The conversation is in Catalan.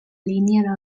línia